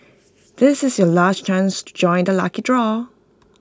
this is your last chance to join the lucky draw